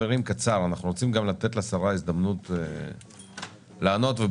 רוצים שהשרה תענה אז